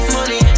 Money